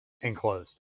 Enclosed